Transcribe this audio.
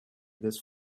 this